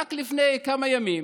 רק לפני כמה ימים,